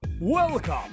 Welcome